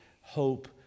hope